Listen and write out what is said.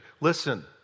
listen